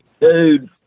dude